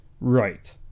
Right